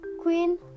queen